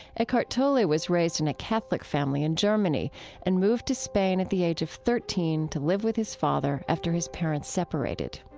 eckhart tolle was raised in a catholic family in germany and moved to spain at the age of thirteen, to live with his father, after his parents separated.